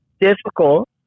difficult